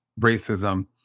racism